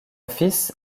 fils